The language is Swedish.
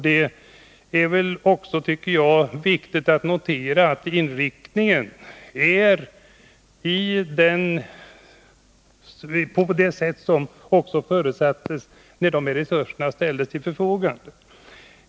Det är också, tycker jag, viktigt att notera att det var den inriktningen som förutsattes när de här resurserna ställdes till förfogande.